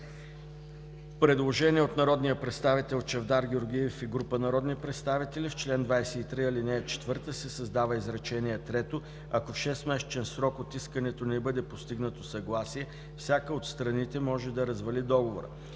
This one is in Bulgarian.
предложение от народния представител Чавдар Георгиев и група народни представители: „В чл. 123, ал. 4 се създава изречение трето: „Ако в 6-месечен срок от искането не бъде постигнато съгласие, всяка от страните може да развали договора.“